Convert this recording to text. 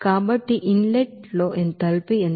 కాబట్టి inlet లో enthalpy ఉంటుంది